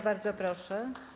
Bardzo proszę.